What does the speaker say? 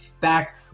back